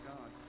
God